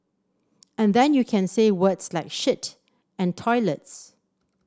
and then you can say words like shit and toilets